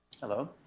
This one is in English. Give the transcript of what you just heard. Hello